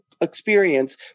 experience